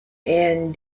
and